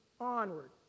onward